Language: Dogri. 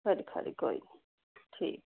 खरी खरी कोई नीं ठीक ऐ